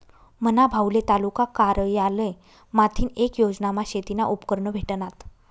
मना भाऊले तालुका कारयालय माथीन येक योजनामा शेतीना उपकरणं भेटनात